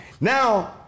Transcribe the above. Now